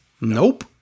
Nope